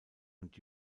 und